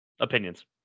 Opinions